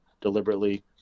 deliberately